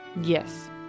Yes